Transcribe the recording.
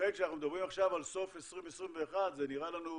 לכן כשאנחנו מדברים עכשיו על סוף 2021, זה עוד